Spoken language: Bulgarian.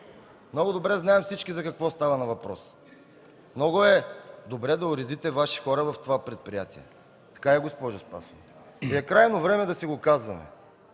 Много добре знаем всички за какво става въпрос – много добре е да уредите Ваши хора в това предприятие. Така е, госпожо Спасова! Крайно време е да си го казваме.